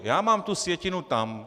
Já mám tu sjetinu tam.